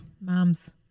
moms